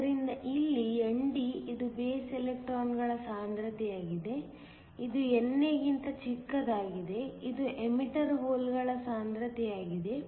ಆದ್ದರಿಂದ ಇಲ್ಲಿ ND ಇದು ಬೇಸ್ ಎಲೆಕ್ಟ್ರಾನ್ಗಳ ಸಾಂದ್ರತೆಯಾಗಿದೆ ಇದು NA ಗಿಂತ ಚಿಕ್ಕದಾಗಿದೆ ಇದು ಎಮಿಟರ್ ಹೋಲ್ಗಳ ಸಾಂದ್ರತೆಯಾಗಿದೆ